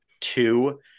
two